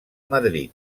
madrid